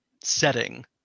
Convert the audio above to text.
setting